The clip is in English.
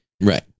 Right